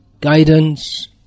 guidance